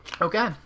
Okay